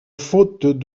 faute